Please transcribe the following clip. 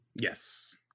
Yes